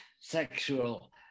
sexual